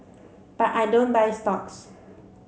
but I don't buy stocks